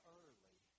early